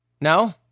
No